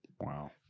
Wow